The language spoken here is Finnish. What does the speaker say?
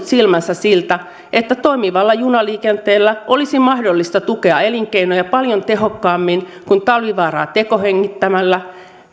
silmänsä siltä että toimivalla junaliikenteellä olisi mahdollista tukea elinkeinoja paljon tehokkaammin kuin talvivaaraa tekohengittämällä